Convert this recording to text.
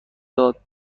داد